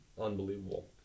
Unbelievable